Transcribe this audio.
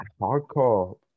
Hardcore